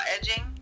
edging